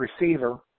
receiver